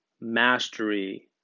Mastery